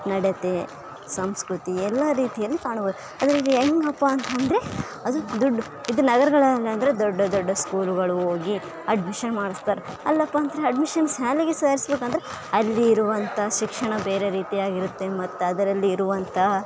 ನಡತೆ ಸಂಸ್ಕೃತಿ ಎಲ್ಲ ರೀತಿಯಲ್ಲಿ ಕಾಣ್ಬೋದು ಅದರಲ್ಲಿ ಹೇಗಪ್ಪಾ ಅಂತಂದರೆ ಅದು ದುಡ್ಡು ಈದ್ ನಗರಗಳಲ್ಲಿ ಆದರೆ ದೊಡ್ಡ ದೊಡ್ಡ ಸ್ಕೂಲ್ಗಳು ಹೋಗಿ ಅಡ್ಮಿಶನ್ ಮಾಡ್ಸ್ತಾರೆ ಅಲ್ಲಪ್ಪಾಂದರೆ ಅಡ್ಮಿಶನ್ ಶಾಲೆಗೆ ಸೇರಿಸಬೇಕು ಅಂದರೆ ಅಲ್ಲಿ ಇರೋವಂಥ ಶಿಕ್ಷಣ ಬೇರೆ ರೀತಿಯಾಗಿ ಇರುತ್ತೆ ಮತ್ತು ಅದರಲ್ಲಿ ಇರೊವಂತಹ